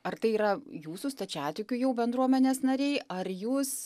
ar tai yra jūsų stačiatikių jau bendruomenės nariai ar jūs